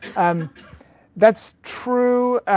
um that's true.